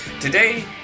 today